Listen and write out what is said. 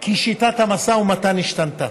כי שיטת המשא ומתן השתנתה.